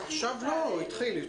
המליאה התחילה.